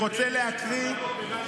ממה שאתה,